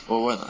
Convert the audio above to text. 我问 ah